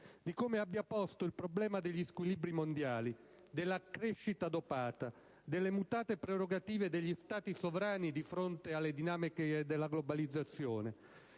di come abbia posto il problema degli squilibri mondiali, della crescita dopata, delle mutate prerogative degli Stati sovrani di fronte alle dinamiche della globalizzazione;